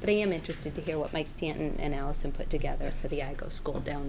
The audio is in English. but i am interested to hear what makes t and allison put together for the i go to school down